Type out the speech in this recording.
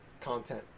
content